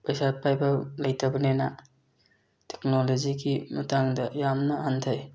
ꯄꯩꯁꯥ ꯄꯥꯏꯕ ꯂꯩꯇꯕꯅꯤꯅ ꯇꯦꯛꯅꯣꯂꯣꯖꯤꯒꯤ ꯃꯇꯥꯡꯗ ꯌꯥꯝꯅ ꯍꯟꯊꯩ